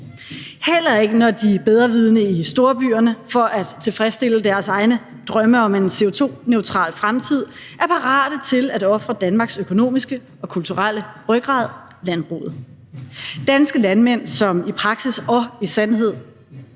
heller ikke, når de bedrevidende i storbyerne for at tilfredsstille deres egne drømme om en CO2-neutral fremtid er parate til at ofre Danmarks økonomiske og kulturelle rygrad, landbruget – danske landmænd, som i praksis og i sandhed